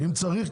אם צריך,